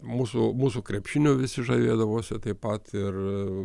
mūsų mūsų krepšiniu visi žavėdavosi taip pat ir